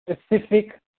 specific